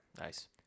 nice